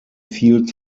viel